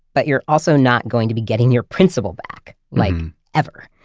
but you're also not going to be getting your principal back, like ever.